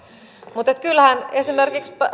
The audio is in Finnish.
mutta kyllähän esimerkiksi